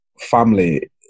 Family